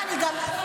אני לא כועסת,